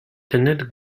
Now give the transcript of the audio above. tener